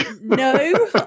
No